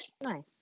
Nice